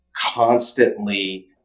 constantly